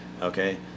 Okay